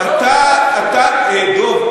דב,